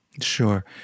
Sure